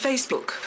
Facebook